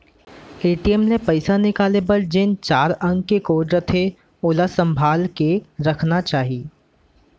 ATM ले पइसा निकाले बर जेन चार अंक के कोड रथे ओला संभाल के रखना चाही